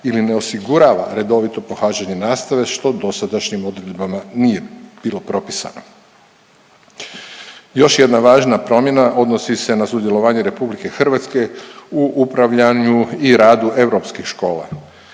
ili ne osigurava redovito pohađanje nastave što dosadašnjim odredbama nije bilo propisano. Još jedna važna promjena odnosi se na sudjelovanje RH u upravljanju i radu europskih škola.